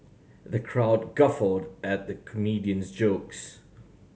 the crowd guffawed at the comedian's jokes